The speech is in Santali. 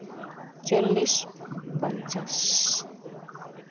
ᱪᱚᱞᱞᱤᱥ ᱯᱚᱧᱪᱟᱥ